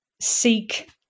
seek